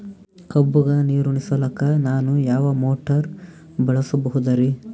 ಕಬ್ಬುಗ ನೀರುಣಿಸಲಕ ನಾನು ಯಾವ ಮೋಟಾರ್ ಬಳಸಬಹುದರಿ?